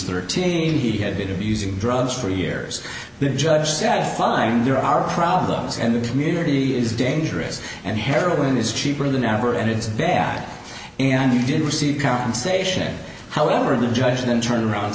thirteen he had been abusing drugs for years the judge said fine there are problems and the community is dangerous and heroin is cheaper than ever and it's bad and he did receive compensation however the judge then turned around and